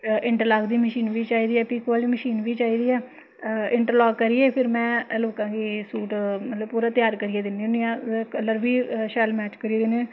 interlock दी machine बी चाहिदी ऐ पिकु आह्ली मशीन बी चाहिदी ऐ इंट्रलाक करियै फिर में लोकां गी सूट मतलब पूरा तेआर करियै दिन्नी होन्नी आं कलर बी शैल मैच करियै दिन्नी